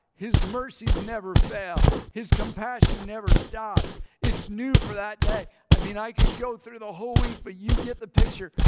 his mercies never fail. his compassion never stops. it's new for that day. i mean i could go through the whole week but you get the picture.